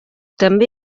també